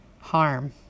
harm